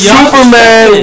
Superman